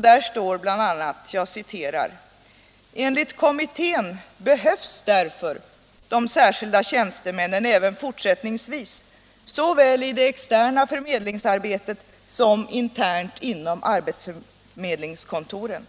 Där står bl.a.: Enligt kommittén behövs därför de särskilda tjänstemännen även fortsättningsvis såväl i det externa förmedlingsarbetet som internt inom förmedlingskontoren ÅArbetsmarknads politiken politiken